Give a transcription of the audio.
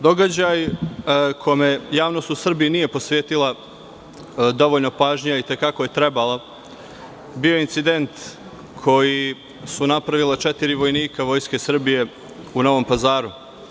Događaj kome javnost u Srbiji nije posvetila dovoljno pažnje, a i te kako je trebala, bio je incident koji su napravila četiri vojnika Vojske Srbije u Novom Pazaru.